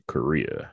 Korea